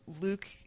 Luke